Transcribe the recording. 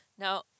Now